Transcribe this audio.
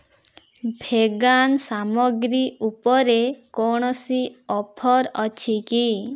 vegan ସାମଗ୍ରୀ ଉପରେ କୌଣସି ଅଫର୍ ଅଛି କି